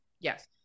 Yes